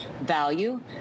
value